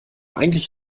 eigentlich